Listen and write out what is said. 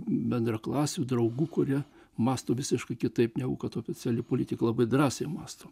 bendraklasių draugų kurie mąsto visiškai kitaip negu kad oficiali politika labai drąsiai mąsto